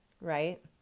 right